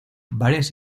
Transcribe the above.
varias